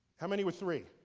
how many were three?